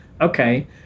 okay